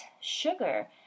Sugar